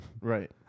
Right